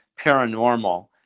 paranormal